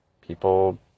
people